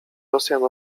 rosjan